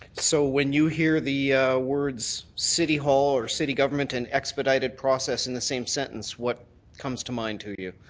so when you hear the words city hall or city government and expedited process in the same sentence, what comes to mind to you?